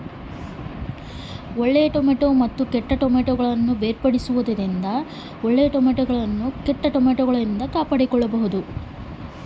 Tomato ಹಣ್ಣುಗಳನ್ನು ಕಿತ್ತಿದ ನಂತರ ಕೆಟ್ಟಿರುವ ಟೊಮೆಟೊದಿಂದ ಒಳ್ಳೆಯ ಟೊಮೆಟೊಗಳನ್ನು ಹೇಗೆ ಕಾಪಾಡಿಕೊಳ್ಳಬೇಕು?